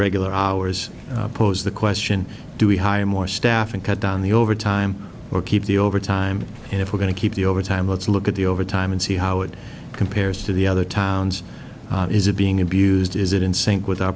regular hours pose the question do we hire more staff and cut down the overtime or keep the overtime and if we're going to keep the overtime let's look at the overtime and see how it compares to the other towns is it being abused is it in sync with our